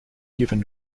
given